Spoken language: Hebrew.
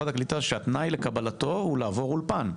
הקליטה שהתנאי לקבלתו הוא לעבור אולפן.